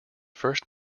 first